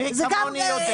מי כמוני יודע?